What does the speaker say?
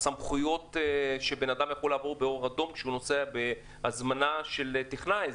לסמכויות שאדם יכול לעבור באור אדום כשהוא נוסע בהזמנה של טכנאי.